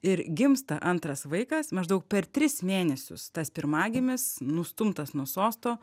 ir gimsta antras vaikas maždaug per tris mėnesius tas pirmagimis nustumtas nuo sosto